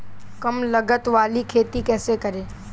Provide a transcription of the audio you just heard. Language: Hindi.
कम लागत वाली खेती कैसे करें?